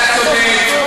אתה צודק.